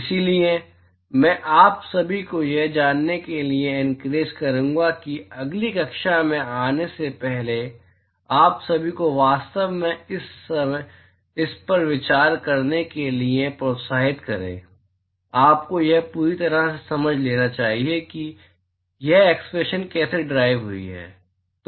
इसलिए मैं आप सभी को यह जानने के लिए एनकरेज करूंगा कि अगली कक्षा में आने से पहले आप सभी को वास्तव में इस पर विचार करने के लिए प्रोत्साहित करें आपको यह पूरी तरह से समझ लेना चाहिए कि यह एक्सप्रेशन कैसे ड्राइव हुई है